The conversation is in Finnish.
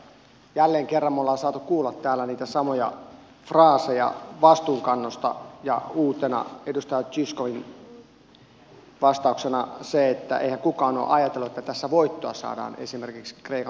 jälleen kerran me olemme saaneet kuulla täällä niitä samoja fraaseja vastuunkannosta ja uutena edustaja zyskowiczin vastauksena sen että eihän kukaan ole ajatellut että tässä voittoa saadaan esimerkiksi kreikan lainoista